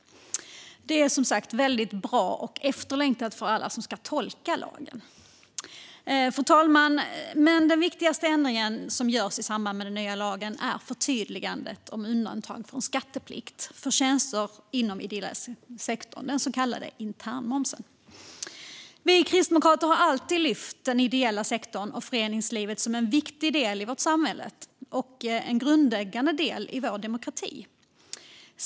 Det är bra och efterlängtat av alla som ska tolka lagen. Fru talman! Den viktigaste ändringen som görs i samband med den nya lagen är förtydligandet om undantag från skatteplikt för tjänster inom ideella sektorn, den så kallade internmomsen. Vi kristdemokrater har alltid lyft fram den ideella sektorn och föreningslivet som en viktig del av vårt samhälle och en grundläggande del i vår demokrati.